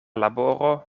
laboro